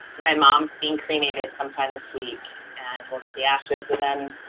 my mom's been cremated sometime this week, and we'll get the ashes and then.